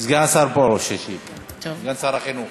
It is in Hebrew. סגן השר פרוש ישיב, סגן שר החינוך.